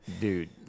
dude